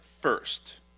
first